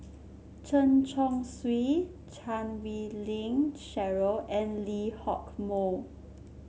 Chen Chong Swee Chan Wei Ling Cheryl and Lee Hock Moh